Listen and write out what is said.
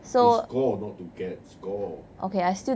to score or not get score